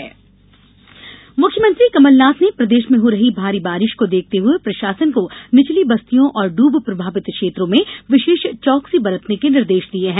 बाढ़ सिंधिया मुख्यमंत्री कमलनाथ ने प्रदेश में हो रही भारी बारिश को देखते प्रशासन को निचली बस्तियों और डूब प्रभावित ैक्षेत्रों में विशेष चौकसी बरतने के निर्देश दिये हैं